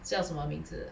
叫什么名字